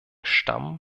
stammen